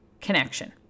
connection